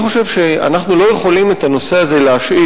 אני חושב שאנחנו לא יכולים להשאיר את הנושא הזה.